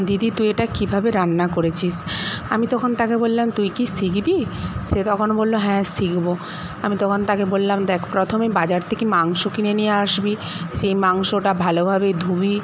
দিদি তুই এটা কীভাবে রান্না করেছিস আমি তখন তাকে বললাম তুই কি শিখবি সে তখন বলল হ্যাঁ শিখবো আমি তখন তাকে বললাম দেখ প্রথমে বাজার থেকে মাংস কিনে নিয়ে আসবি সেই মাংসটা ভালোভাবে ধুবি